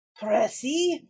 Pressy